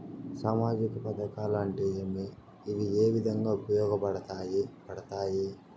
సామాజిక పథకాలు అంటే ఏమి? ఇవి ఏ విధంగా ఉపయోగపడతాయి పడతాయి?